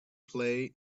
play